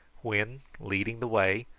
when, leading the way,